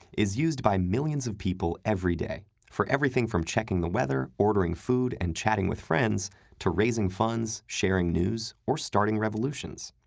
is used by millions of people every day for everything from checking the weather, ordering food, and chatting with friends to raising funds, sharing news, or starting revolutions.